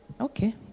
Okay